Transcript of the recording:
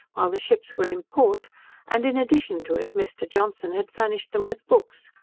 while the ships were in port and in addition to it, mr. johnson had furnished them with books,